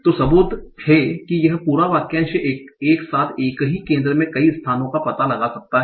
तो सबूत है कि यह पूरा वाक्यांश एक साथ एक ही केंद्र में कई स्थानों का पता लगा सकता है